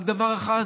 רק דבר אחד